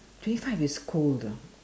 twenty five is cold ah